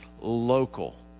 local